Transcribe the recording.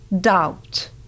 doubt